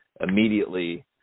immediately